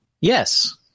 Yes